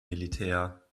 militär